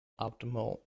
optimal